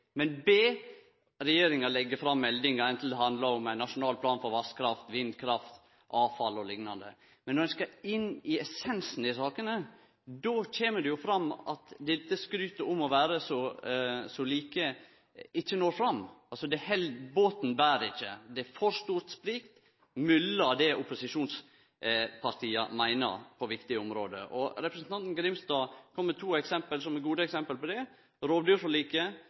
men be regjeringa leggje fram meldingar, enten dei handlar om ein nasjonal plan for vasskraft, vindkraft, avfall og liknande. Men når ein skal inn i essensen i sakene, då kjem det fram at dette skrytet om å vere så like, ikkje når fram. Altså: Båten ber ikkje. Det er for stort sprik mellom det opposisjonspartia meiner på viktige område. Representanten Grimstad kom med to gode eksempel på det – rovdyrforliket